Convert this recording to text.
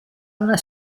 una